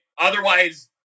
Otherwise